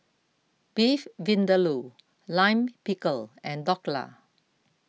Beef Vindaloo Lime Pickle and Dhokla